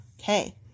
Okay